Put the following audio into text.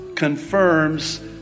Confirms